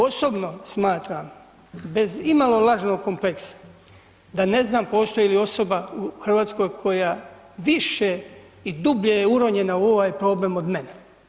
Osobno smatram bez imalo lažnog kompleksa, da ne znam postoji osoba u Hrvatskoj koja više i dublje je uronjena u ovaj problem od mene.